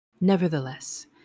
Nevertheless